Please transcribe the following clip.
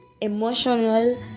emotional